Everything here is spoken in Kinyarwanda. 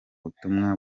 butumwa